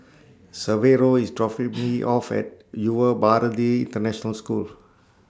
Severo IS dropping Me off At Yuva Bharati International School